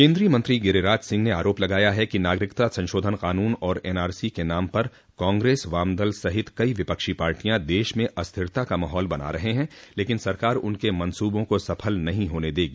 केन्द्रीय मंत्री गिरिराज सिंह ने आरोप लगाया है कि नागरिकता संशोधन कानून और एनआरसी के नाम पर कांग्रेस वामदल सहित कई विपक्षी पार्टियां देश में अस्थिरता का माहौल बना रहे हैं लेकिन सरकार उनके मनसूबों को सफल नहीं होने देगी